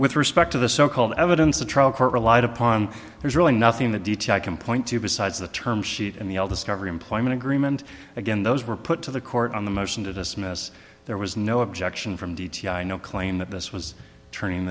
with respect to the so called evidence the trial court relied upon there's really nothing the d t i can point to besides the term sheet and the all discovery employment agreement again those were put to the court on the motion to dismiss there was no objection from d t i no claim that this was turning